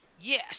Yes